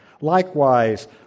Likewise